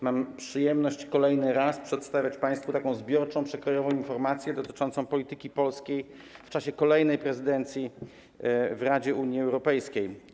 Mam przyjemność kolejny raz przedstawiać państwu taką zbiorczą, przekrojową informację dotyczącą polityki polskiej w czasie kolejnej prezydencji w Radzie Unii Europejskiej.